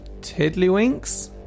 Tiddlywinks